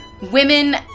women